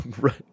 right